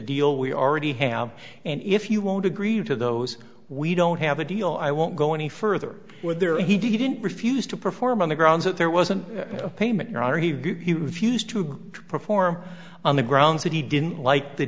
deal we already have and if you won't agree to those we don't have a deal i won't go any further with there and he didn't refuse to perform on the grounds that there wasn't a payment your honor he refused to agree to perform on the grounds that he didn't like the